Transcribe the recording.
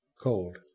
cold